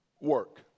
work